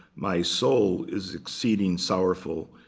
my soul is exceeding sorrowful,